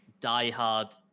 diehard